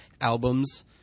albums